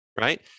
Right